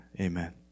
Amen